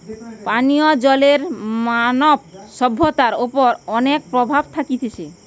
পানীয় জলের মানব সভ্যতার ওপর অনেক প্রভাব থাকতিছে